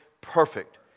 perfect